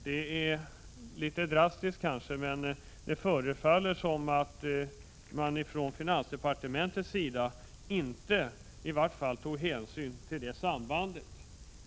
Det är kanske litet drastiskt sagt, men det förefaller som om finansdepartementet i vart fall inte tar hänsyn till det sambandet.